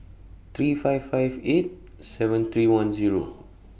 three five five eight seven three one Zero